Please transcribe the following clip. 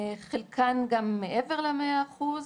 חלקן גם מעבר ל-100 אחוז.